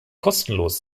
kostenlos